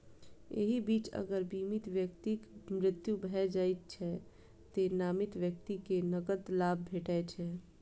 एहि बीच अगर बीमित व्यक्तिक मृत्यु भए जाइ छै, तें नामित व्यक्ति कें नकद लाभ भेटै छै